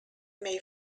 may